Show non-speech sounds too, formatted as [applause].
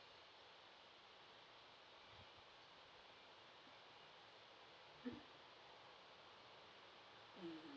[coughs] mm